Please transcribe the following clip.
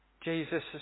Jesus